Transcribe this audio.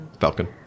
Falcon